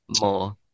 More